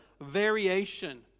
variation